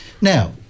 Now